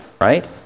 right